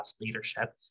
leadership